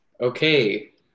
okay